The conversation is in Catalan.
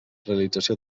realització